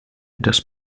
das